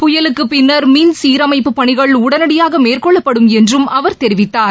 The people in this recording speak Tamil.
புயலுக்கு பின்னர் மின் சீரமைப்புப் பணிகள் உடனடியாக மேற்கொள்ளப்படும் என்றம் அவர் தெரிவித்தார்